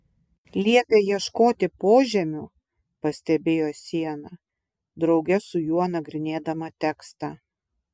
liepia ieškoti požemių pastebėjo siena drauge su juo nagrinėdama tekstą